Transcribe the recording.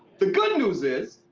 the good news is,